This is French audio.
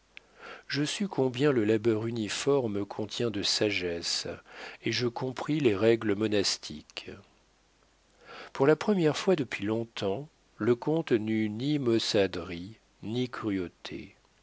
je sus combien le labeur uniforme contient de sagesse et je compris les règles monastiques pour la première fois depuis long-temps le comte n'eut ni maussaderie ni cruauté